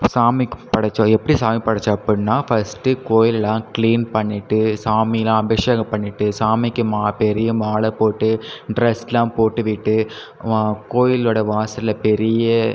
அப்போ சாமிக்கு படச்சோம் எப்படி சாமிக்கு படச்சோம் அப்படின்னா ஃபர்ஸ்ட்டு கோயில்லாம் க்ளீன் பண்ணிவிட்டு சாமிலாம் அபிஷேகம் பண்ணிவிட்டு சாமிக்கு மா பெரிய மாலை போட்டு ட்ரஸ்லாம் போட்டுவிட்டு வா கோயிலோட வாசலில் பெரிய